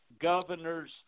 governors